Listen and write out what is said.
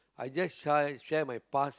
I just sh~ share my past